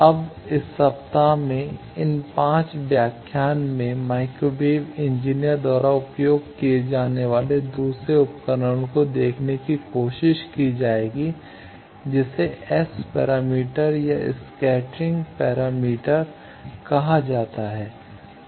अब इस सप्ताह में इन 5 व्याख्यान में माइक्रोवेव इंजीनियर द्वारा उपयोग किए जाने वाले दूसरे उपकरण को देखने की कोशिश की जाएगी जिसे एस पैरामीटर या स्कैटरिंग पैरामीटर कहा जाता है